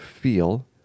feel